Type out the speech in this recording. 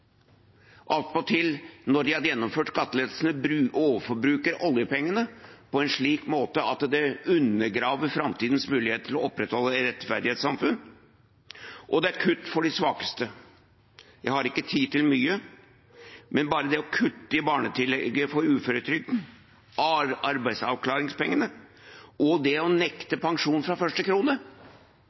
attpåtil, når de har gjennomført skattelettelsene, overforbruk av oljepengene på en slik måte at det undergraver framtidens muligheter til å opprettholde et rettferdighetssamfunn, og det er kutt for de svakeste. Jeg har ikke tid til mye, men la meg bare si at det å kutte i barnetillegget for uføretrygdede og i arbeidsavklaringspengene og det å nekte pensjon fra første krone